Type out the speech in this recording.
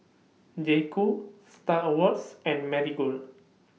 J Co STAR Awards and Marigold